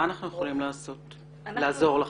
מה אנחנו יכולים לעשות כדי לעזור לכם?